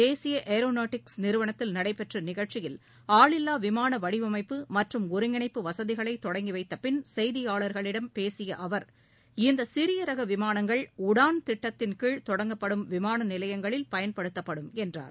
தேசியஏரோனேடிக்ஸ் பெங்களுருவில் நிறுவனத்தில் நடைபெற்றநிகழ்ச்சியில் ஆளில்லாவிமானவடிவமைப்பு மற்றும் ஒருங்கிணைப்பு வசதிகளைதொடங்கிவைத்தபின் செய்தியாளர்களிடம் பேசியஅவர் இந்தசிறியரகவிமானங்கள் உடான் திட்டத்தின் கீழ் தொடங்கப்படும் விமானநிலையங்களில் பயன்படுத்தப்படும் என்றார்